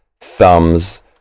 thumbs